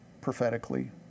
prophetically